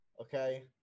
okay